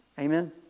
Amen